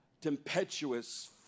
tempestuous